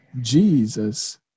Jesus